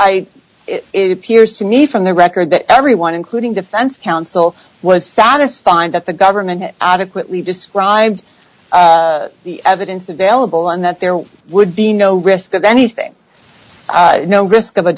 photograph i it appears to me from the record that everyone including defense counsel was satisfied that the government adequately described the evidence available and that there would be no risk of anything no risk of a